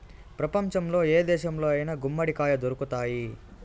ప్రపంచంలో ఏ దేశంలో అయినా గుమ్మడికాయ దొరుకుతాయి